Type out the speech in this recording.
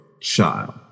child